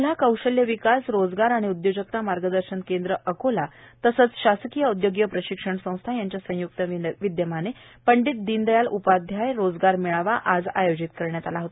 जिल्हा कौशल्य विकास रोजगार आणि उद्योजकता मार्गदर्शन केंद्र अकोला तसेच शासकीय औद्योगिक प्रशिक्षण संस्था यांच्या संयुक्त विद्यमाने आज पंडीत दिनदयाल उपाध्याय रोजगार मेळावा आयोजित करण्यात आला होता